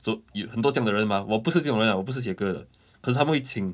so 有很多这样的人 mah 我不是这种人 lah 我不是写歌的可是他们会请